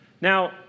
Now